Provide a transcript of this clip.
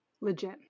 legit